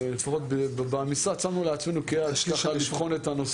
לפחות במשרד שמנו לעצמנו כיעד לבחון את הנושא.